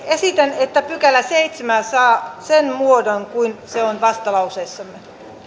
esitän että seitsemäs pykälä saa sen muodon mikä on vastalauseessamme